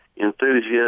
enthusiasts